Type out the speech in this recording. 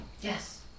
Yes